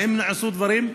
האם נעשו דברים,